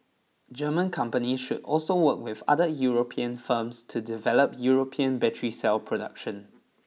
German companies should also work with other European firms to develop European battery cell production